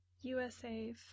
USA